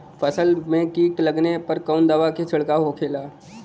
फसल में कीट लगने पर कौन दवा के छिड़काव होखेला?